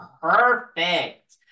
Perfect